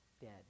dead